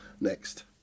Next